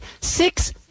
Six